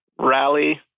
rally